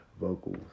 Vocals